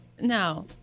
No